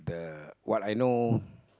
the what I know